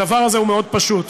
הדבר הזה מאוד פשוט,